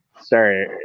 Sorry